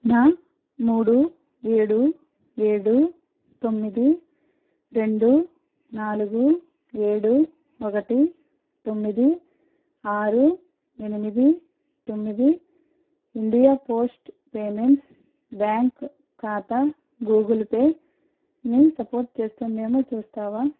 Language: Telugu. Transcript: నా మూడు ఏడు ఏడు తొమ్మిది రెండు నాలుగు ఏడు ఒకటి తొమ్మిది ఆరు ఎనిమిది తొమ్మిది ఇండియా పోస్ట్ పేమెంట్స్ బ్యాంక్ ఖాతా గూగుల్ పేని సపోర్ట్ చేస్తుంది ఏమో చూస్తావా